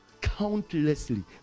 countlessly